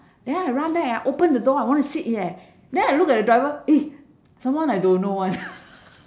then I ran back and I open the door I want to sit eh then I look at the diver eh someone I don't know [one]